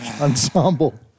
ensemble